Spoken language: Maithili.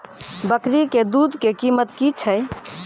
बकरी के दूध के कीमत की छै?